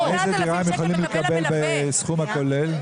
איזו דירה הם יכולים לקבל בסכום הכולל?